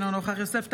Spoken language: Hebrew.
אינו נוכח יוסף טייב,